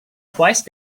twice